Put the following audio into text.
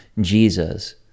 Jesus